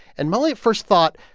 and molly first thought,